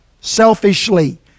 selfishly